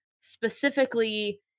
specifically